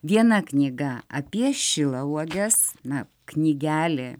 viena knyga apie šilauoges na knygelė